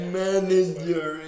manager